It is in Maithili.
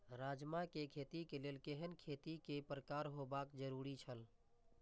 राजमा के खेती के लेल केहेन खेत केय प्रकार होबाक जरुरी छल?